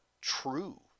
true